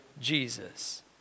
Jesus